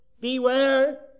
beware